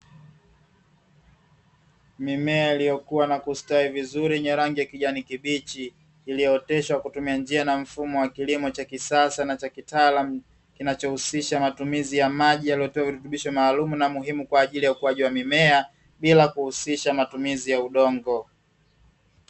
Mimea iliyokuwa na kustawi vizuri yenye rangi kijani kibichi, iliyooteshwa kutumia njia na mfumo wa kilimo cha kisasa na cha kitaalamu kinachohusisha matumizi ya maji yaliyopishwa maalumu, na muhimu kwa ajili ya ukuaji wa mimea bila kuhusisha matumizi ya udongo.